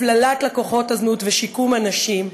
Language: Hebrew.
הפללת לקוחות זנות ושיקום הנשים,